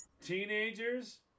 Teenagers